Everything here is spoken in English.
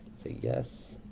say yes.